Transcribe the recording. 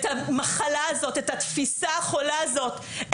את המחלה הזאת את התפיסה החולה הזאת,